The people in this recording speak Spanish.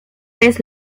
vez